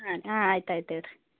ಹಾಂ ಹಾಂ ಆಯ್ತು ಆಯ್ತು ಇಡ್ರಿ